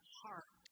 heart